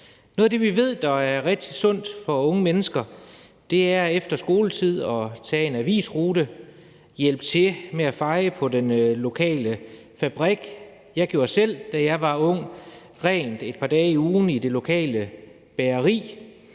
Noget af det, vi ved er rigtig sundt for unge mennesker, er efter skoletid at tage en avisrute eller hjælpe til med at feje på den lokale fabrik. Da jeg var ung, gjorde jeg selv rent et par dage om ugen i det lokale bageri.